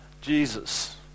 Jesus